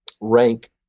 rank